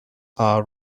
are